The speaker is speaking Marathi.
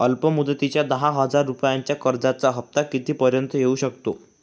अल्प मुदतीच्या दहा हजार रुपयांच्या कर्जाचा हफ्ता किती पर्यंत येवू शकतो?